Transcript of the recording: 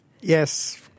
Yes